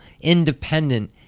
independent